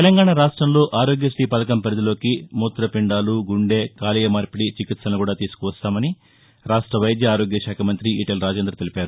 తెలంగాణా రాష్టంలో ఆరోగ్యత్రీ పధకం పరిధిలోకి మూతపిందాలు గుందె కాలేయమార్పిది చికిత్సలను కూడా తీసుకువస్తామని రాష్ట్ర వైద్య ఆరోగ్యశాఖ మంతి ఈటెల రాజేందర్ తెలిపారు